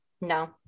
no